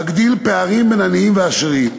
מגדיל פערים בין עניים ועשירים.